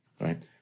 right